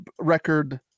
record